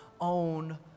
own